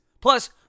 plus